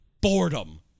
boredom